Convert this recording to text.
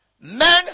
men